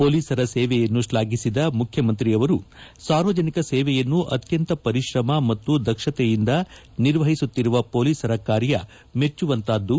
ಪೊಲೀಸರ ಸೇವೆಯನ್ನು ಶ್ಲಾಘಿಸಿದ ಮುಖ್ಚಮಂತ್ರಿಯವರು ಸಾರ್ವಜನಿಕ ಸೇವೆಯನ್ನು ಅತ್ಯಂತ ಪರಿಶ್ರಮ ಮತ್ತು ದಕ್ಷತೆಯಿಂದ ನಿರ್ವಹಿಸುತ್ತಿರುವ ಪೊಲೀಸರ ಕಾರ್ಯ ಮೆಚ್ಚುವಂತಹದ್ದು